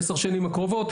או עשר שנים הקרובות,